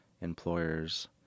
employers